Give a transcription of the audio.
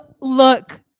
Look